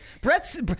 Brett's